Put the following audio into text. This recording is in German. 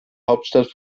hauptstadt